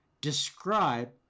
describe